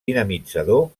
dinamitzador